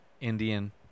indian